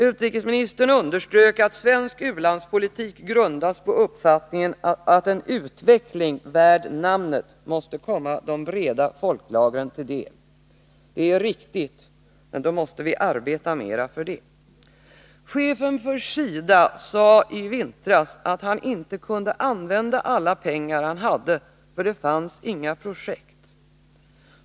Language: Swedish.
Utrikesministern underströk att svensk u-landspolitik grundas på uppfattningen att en utveckling värd namnet måste komma de breda folklagren till del. Det är riktigt, men då måste vi arbeta mer för det. Chefen för SIDA sade i vintras att han inte kunde använda alla pengar han hade, för det fanns inga projekt!